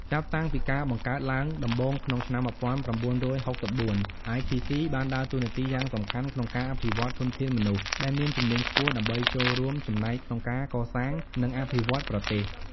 ចាប់តាំងពីការបង្កើតឡើងដំបូងក្នុងឆ្នាំ ១៩៦៤ ITC បានដើរតួនាទីយ៉ាងសំខាន់ក្នុងការអភិវឌ្ឍធនធានមនុស្សដែលមានជំនាញខ្ពស់ ដើម្បីចូលរួមចំណែកក្នុងការកសាង និងអភិវឌ្ឍប្រទេស។